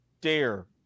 dare